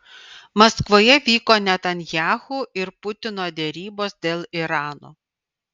maskvoje vyko netanyahu ir putino derybos dėl irano